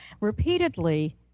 repeatedly